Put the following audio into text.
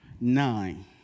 nine